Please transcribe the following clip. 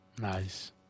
nice